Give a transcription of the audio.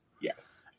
Yes